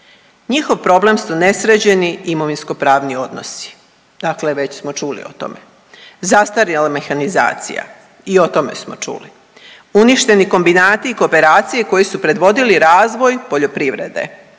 Njihov problem su nesređeni imovinsko-pravni odnosi, dakle već smo čuli o tome, zastarjela mehanizacija. I o tome smo čuli. Uništeni kombinati i kooperacije koji su predvodili razvoj poljoprivrede,